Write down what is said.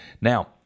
Now